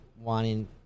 wanting